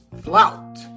Flout